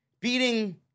beating